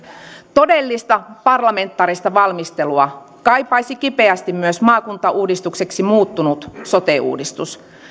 todellista parlamentaarista valmistelua kaipaisi kipeästi myös maakuntauudistukseksi muuttunut sote uudistus